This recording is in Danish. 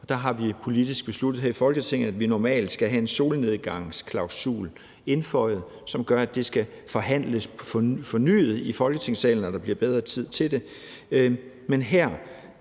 Der har vi politisk besluttet her i Folketinget, at vi normalt skal have en solnedgangsklausul indføjet, som gør, at det skal forhandles på ny i Folketingssalen, når der bliver bedre tid til det.